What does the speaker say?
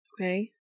Okay